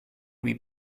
lui